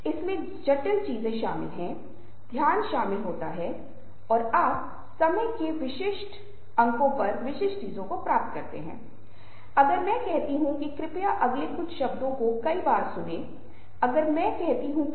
हमें उस तथ्य को स्वीकार करने के लिए हर समय तैयार रहना चाहिए और स्थिति के आधार पर अगर हम अपनी शैली को बदलने में सक्षम हैं तो हम बेहतर स्थिति में होंगे